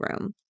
room